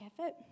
effort